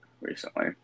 recently